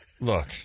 Look